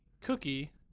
cookie